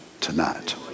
tonight